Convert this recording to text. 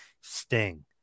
Sting